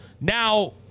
Now